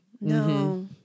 No